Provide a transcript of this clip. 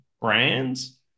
brands